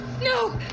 No